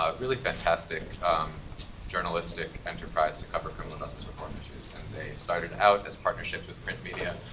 ah really fantastic journalistic enterprise to cover criminal justice reform issues. and they started out as partnerships with print media,